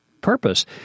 purpose